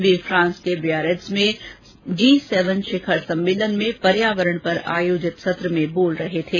वे France के Biarritz में G seven शिखर सम्मेलन में पर्यावरण पर आयोजित सत्र में बोल रहे थे